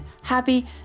happy